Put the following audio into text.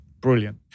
Brilliant